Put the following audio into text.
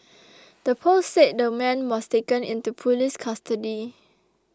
the post said the man was taken into police custody